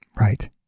Right